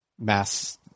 mass